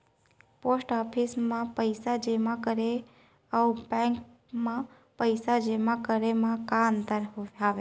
post office मा पइसा जेमा करे अऊ बैंक मा पइसा जेमा करे मा का अंतर हावे